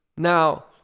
Now